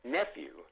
nephew